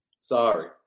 sorry